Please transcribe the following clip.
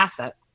asset